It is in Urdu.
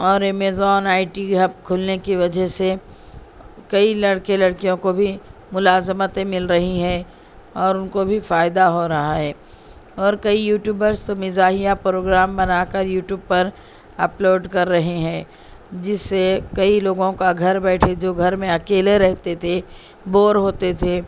اور امازون آئی ٹی ہب کھلنے کی وجہ سے کئی لڑکے لڑکیوں کو بھی ملازمتیں مل رہی ہیں اور ان کو بھی فائدہ ہو رہا ہے اور کئی یوٹیوبرس تو مزاحیہ پروگرام بنا کر یوٹیوب پر اپلوڈ کر رہے ہیں جسے کئی لوگوں کا گھر بیٹھے جو گھر میں اکیلے رہتے تھے بور ہوتے تھے